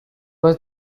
was